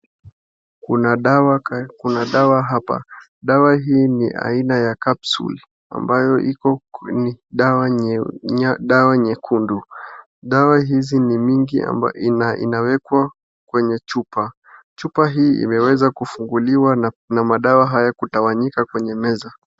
Kuna dawa ka, kuna dawa hapa, dawa hii ni aina ya capsule ambayo iko, ni dawa nyekundu, dawa hizi ni mingi ama inawekwa kwenye chupa, chupa hii imeweza kufunguliwa na dawa kutawanyika kwenye meza.